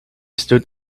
stood